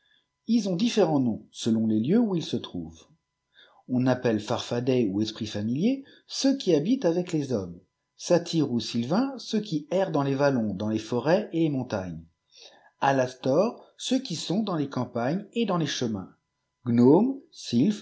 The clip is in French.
ils ont différents noms selon jes lieux où ils se trouvent on appelle farfadets ou esprits familiers ceux qui habitent avec les hommes satyres ou sylvams ceux qui errent dans les vallons dans les forêts et les montagnes alastores ceux qui sont dans la campagne et dans les chemins